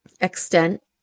extent